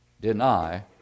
deny